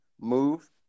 move